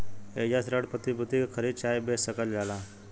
एइजा ऋण प्रतिभूति के खरीद चाहे बेच सकल जाला